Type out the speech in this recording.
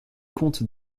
conte